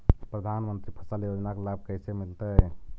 प्रधानमंत्री फसल योजना के लाभ कैसे मिलतै?